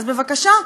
אז בבקשה,